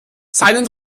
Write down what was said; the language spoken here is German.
seinen